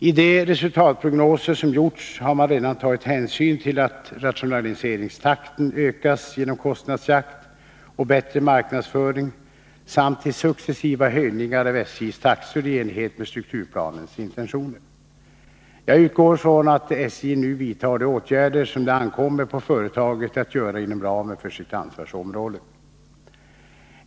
I de resultatprognoser som gjorts har man redan tagit hänsyn till att rationaliseringstakten ökas genom kostnadsjakt och bättre marknadsföring samt till successiva höjningar av SJ:s taxor i enlighet med strukturplanens intentioner. Jag utgår från att SJ nu vidtar de åtgärder som det ankommer på företaget att göra inom ramen för sitt ansvarsområde.